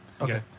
Okay